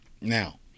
Now